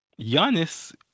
Giannis